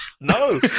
no